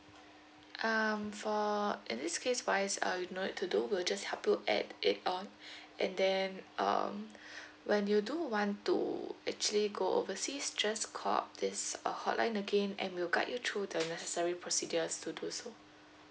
um for in this case wise uh you no need to do we'll just help you add it on and then um when you do want to actually go overseas just call up this uh hotline again and we'll guide you through the necessary procedures to do so